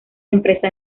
empresa